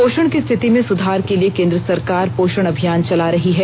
पोषण की स्थिति में सुधार के लिए केन्द्र सरकार पोषण अभियान चला रही है